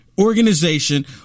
organization